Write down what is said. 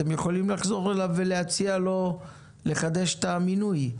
אתם יכולים לחזור אליו ולהציע לו לחדש את המנוי,